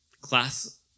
class